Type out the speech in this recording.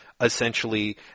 essentially